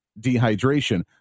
dehydration